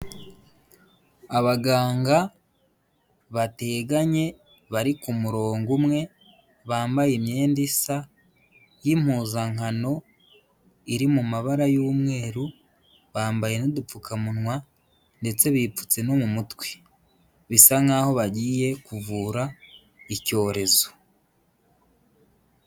Abaganga bateganye bari kumurongo umwe, bambaye imyenda isa y'mpuzankano iri mu mabara y'umweru bambaye n'udupfukamunwa ndetse bipfutse no mu mutwe bisa nk'aho bagiye kuvura icyorezo.